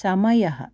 समयः